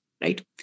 right